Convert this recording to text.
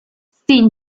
sin